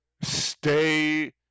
stay